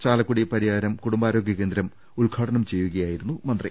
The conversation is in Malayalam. ചാല ക്കുടി പരിയാരം കുടുംബാരോഗ്യ കേന്ദ്രം ഉദ്ഘാടനം ചെയ്യു കയായിരുന്നു മന്ത്രി